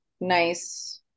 nice